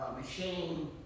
machine